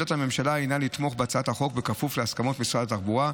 עמדת הממשלה הינה לתמוך בהצעת החוק בכפוף להסכמות משרד התחבורה,